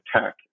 tech